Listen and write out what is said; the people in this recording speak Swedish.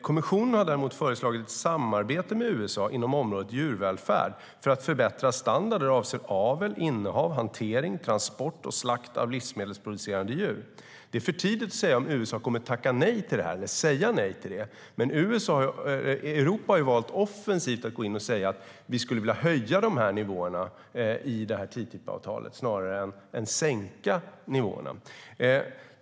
Kommissionen har däremot föreslagit ett samarbete med USA inom området djurvälfärd för att förbättra standarder avseende avel, innehav, hantering, transport och slakt av livsmedelsproducerande djur. Det är för tidigt att säga om USA kommer att säga nej till det, men Europa har valt att offensivt gå in och säga att vi skulle vilja höja de nivåerna i TTIP-avtalet snarare än att sänka dem.